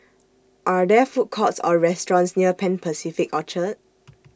Are There Food Courts Or restaurants near Pan Pacific Orchard